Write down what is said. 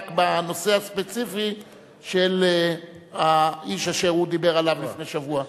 רק בנושא הספציפי של האיש אשר הוא דיבר עליו לפני שבוע.